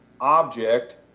object